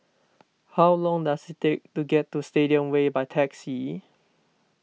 how long does it take to get to Stadium Way by taxi